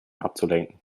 abzulenken